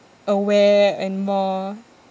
aware and more